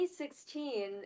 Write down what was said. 2016